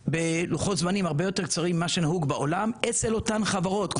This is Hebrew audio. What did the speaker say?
בלוחות זמנים הרבה יותר קצרים ממה שנהוג בעולם אצל אותן חברות,